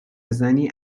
زنی